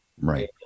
Right